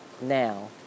now